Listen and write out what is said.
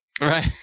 Right